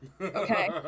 Okay